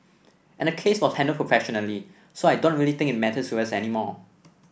and the case was handled professionally so I don't really think it matters to us anymore